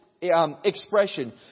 expression